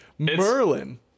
Merlin